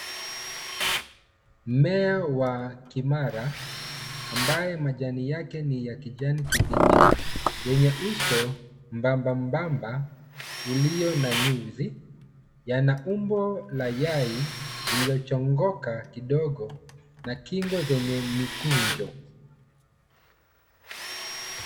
mmea wa kimara ambaye majani yake ni ya kijani kibichi, yenye uso mwebamba mwembama ulio na nyuzi. Yana umbo la yai iliochongoka kidogo na kingo zenye mikunjo.